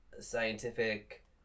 scientific